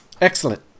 Excellent